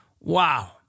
Wow